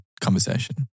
conversation